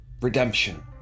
redemption